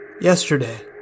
yesterday